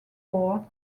guard